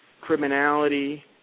criminality